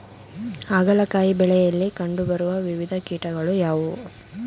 ಹಾಗಲಕಾಯಿ ಬೆಳೆಯಲ್ಲಿ ಕಂಡು ಬರುವ ವಿವಿಧ ಕೀಟಗಳು ಯಾವುವು?